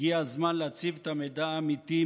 הגיע הזמן להציב את המידע האמיתי,